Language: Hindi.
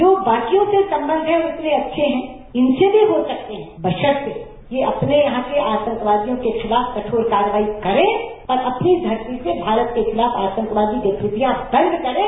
जो बाकियों से संबंध हैं वो उतने अच्छे हैं इनसे भी हो सकते हैं बशर्ते ये अपने यहां के आतंकवादियों के खिलाफ कठोर कार्रवाई करें और अपनी धरती से भारत के खिलाफ आतंकवादी गतिविधियां बंद करें